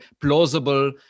plausible